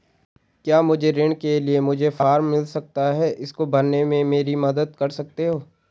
क्या मुझे ऋण के लिए मुझे फार्म मिल सकता है इसको भरने में मेरी मदद कर सकते हो?